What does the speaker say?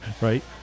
Right